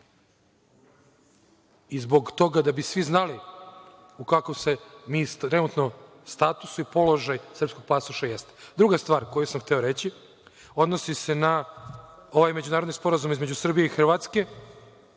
i zbog toga da bi svi znali u kakvom je trenutno statusu i položaju srpski pasoš. Druga stvar koju sam hteo reći odnosi se na ovaj Međunarodni sporazum između Srbije i Hrvatske.